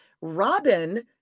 Robin